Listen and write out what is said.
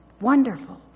wonderful